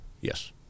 Yes